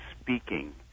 speaking